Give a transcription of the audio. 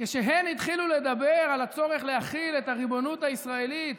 כשהן התחילו לדבר על הצורך להחיל את הריבונות הישראלית